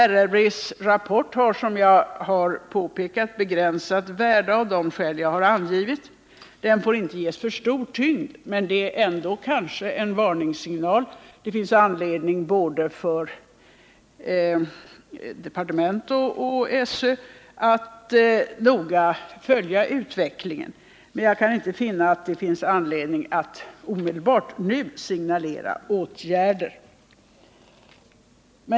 RRV:s rapport har, av de skäl som jag har angivit, begränsat värde. Den får inte ges för stor tyngd, den är ändå kanske en varningssignal. Det finns anledning för både departement och SÖ att noga följa utvecklingen. Men jag kan inte finna att det finns anledning att omedelbart nu signalera åtgärder.